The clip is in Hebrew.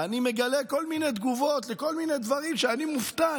אני מגלה כל מיני תגובות לכל מיני דברים ואני מופתע.